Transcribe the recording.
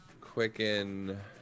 quicken